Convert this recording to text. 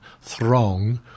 throng